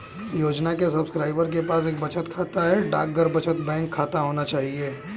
योजना के सब्सक्राइबर के पास एक बचत बैंक खाता, डाकघर बचत बैंक खाता होना चाहिए